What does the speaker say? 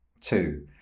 Two